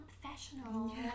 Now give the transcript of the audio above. professional